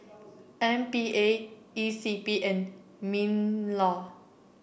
M P A E C P and Minlaw